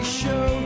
show